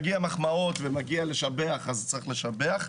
אבל כשמגיע להחמיא ולשבח, אז צריך לשבח.